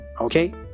Okay